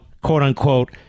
quote-unquote